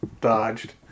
Dodged